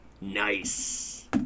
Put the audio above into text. Nice